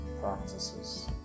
practices